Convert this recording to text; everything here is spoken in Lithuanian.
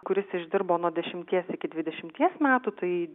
kuris išdirbo nuo dešimties iki dvidešimties metų tai